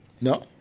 No